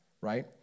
right